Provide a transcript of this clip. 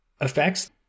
effects